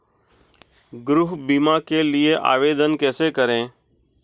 गृह बीमा के लिए आवेदन कैसे करें?